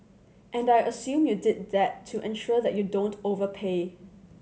and I assume you did that to ensure that you don't overpay